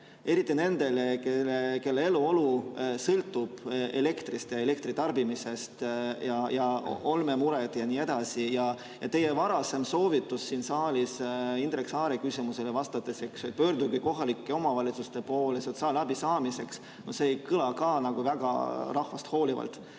Eriti nendele, kelle eluolu sõltub elektrist ja elektritarbimisest, olmemured jne. Teie varasem soovitus siin saalis Indrek Saare küsimusele vastates oli, et pöörduge kohalike omavalitsuste poole sotsiaalabi saamiseks. See ei kõla ka nagu väga rahvast hoolivalt.